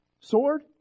sword